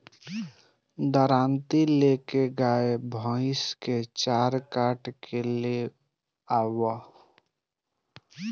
दराँती ले के गाय भईस के चारा काट के ले आवअ